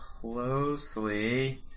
closely